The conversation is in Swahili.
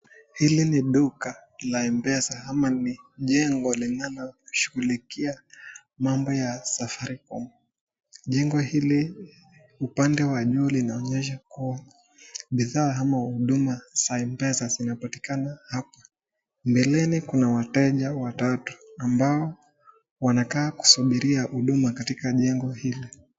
Hili ni duka la Mpesa ama ni jengo linaloshughulikia mambo ya Safaricom. Jengo hili upande wa juu linaonyesha kuwa bidhaa au huduma za Mpesa zinapatikana hapo. Mbeleni kuna wateja watatu ambao wanakaa kusubiria huduma katika jengo hili.